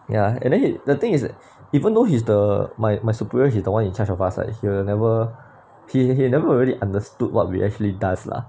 ya and then the thing is it even though he's the my my superior he's the one in charge of us like he'll never he never really understood what we actually does lah